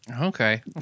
Okay